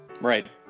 Right